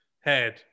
head